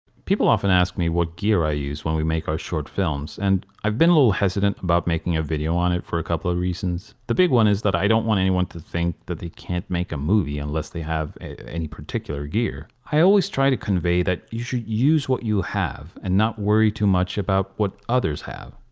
people often ask me what gear i use when we make our short films and i've been a little hesitant about making a video on it for a couple of reasons. the big one is that i don't want anyone to think that they can't make a movie unless they have any particular gear. i always try to convey that you should use what you have and not worry too much about what others have.